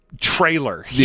trailer